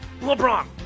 LeBron